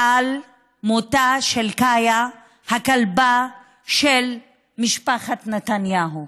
מותה של קאיה, הכלבה של משפחת נתניהו?